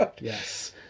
yes